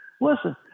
Listen